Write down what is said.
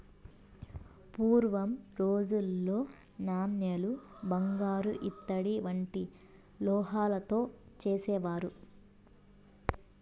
పూర్వం రోజుల్లో నాణేలు బంగారు ఇత్తడి వంటి లోహాలతో చేసేవారు